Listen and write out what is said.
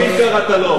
מלך המלכים, קראת לו.